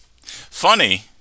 Funny